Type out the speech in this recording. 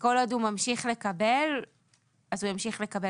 שכל עוד הוא ממשיך לקבל אז הוא ימשיך לקבל,